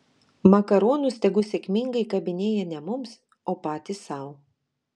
makaronus tegul sėkmingai kabinėja ne mums o patys sau